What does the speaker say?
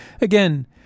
again